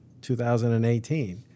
2018